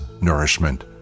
nourishment